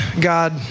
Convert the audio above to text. God